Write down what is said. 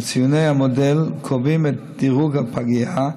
וציוני המודל קובעים את דירוג הפגייה,